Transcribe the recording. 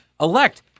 elect